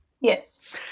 Yes